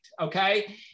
okay